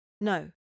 No